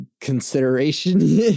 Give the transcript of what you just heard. consideration